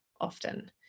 often